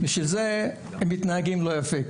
בשביל זה הם מתנהגים לא יפה.